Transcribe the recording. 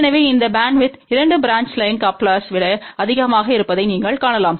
எனவே இந்த பேண்ட்வித் இரண்டு பிரான்ச் லைன் கப்லெர்ஸ்களை விட அதிகமாக இருப்பதை நீங்கள் காணலாம்